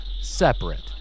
separate